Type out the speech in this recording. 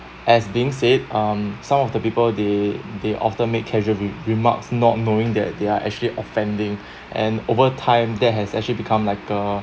as being said um some of the people they they often make casual re remarks not knowing that they are actually offending and over time that has actually become like a